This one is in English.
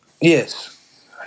Yes